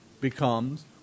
becomes